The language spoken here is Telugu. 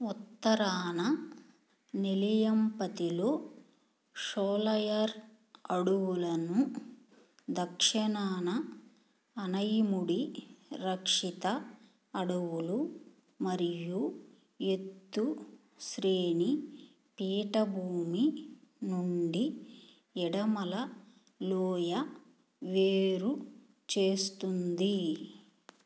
ఉత్తరాన నెల్లియంపతిలో షోలయార్ అడవులను దక్షిణాన అనైముడి రక్షిత అడవులు మరియు ఎత్తు శ్రేణి పీఠభూమి నుండి ఇడమల లోయ వేరు చేస్తుంది